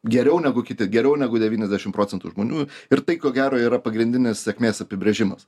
geriau negu kiti geriau negu devyniasdešim procentų žmonių ir tai ko gero yra pagrindinis sėkmės apibrėžimas